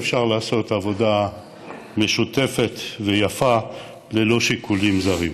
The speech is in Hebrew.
שאפשר לעשות עבודה משותפת ויפה ללא שיקולים זרים.